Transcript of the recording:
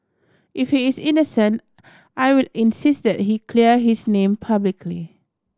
if he is innocent I will insist that he clear his name publicly